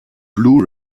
blu